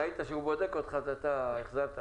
ראית שהוא בודק אותך אז החזרת לו.